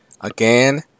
Again